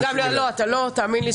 תאמין לי,